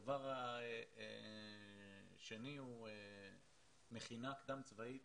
הדבר השני הוא מכינה קדם צבאית